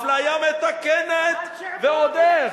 אפליה מתקנת, ועוד איך.